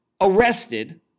arrested